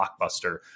blockbuster